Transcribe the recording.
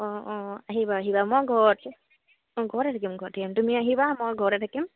অঁ অঁ আহিবা আহিবা মই ঘৰত অঁ ঘৰত থাকিম ঘৰত থাকিম তুমি আহিবা মই ঘৰতে থাকিম